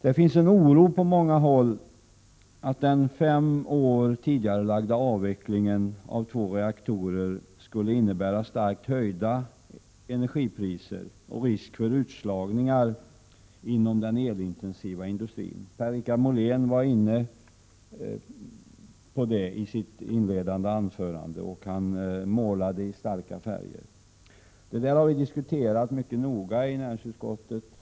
På många håll finns det en oro för att den fem år tidigarelagda avvecklingen av två reaktorer skulle kunna innebära starkt höjda energipriser och risk för utslagningar inom den elintensiva industrin. Per-Richard Molén var inne på detta i sitt inledande anförande, och han målade ut bilden i starka färger. Som Per-Richard Molén känner till har vi diskuterat det här mycket noga i näringsutskottet.